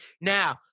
Now